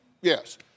yes